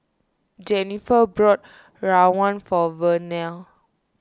Jenniffer bought rawon for Vernell